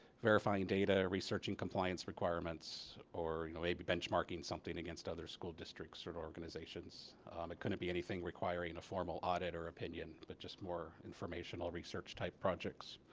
verifying data or researching compliance requirements or you know a benchmarking something against other school districts or sort of organizations. um it couldn't be anything requiring a formal audit or opinion but just more informational research type projects